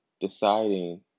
deciding